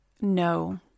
No